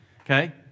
okay